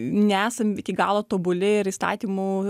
nesam iki galo tobuli ir įstatymų